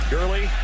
Gurley